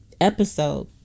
episode